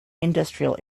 industrial